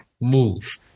move